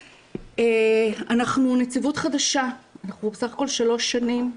אנחנו נציבות חדשה, אנחנו בסך הכול שלוש שנים.